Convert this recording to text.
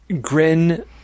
Grin